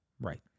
Right